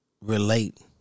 Relate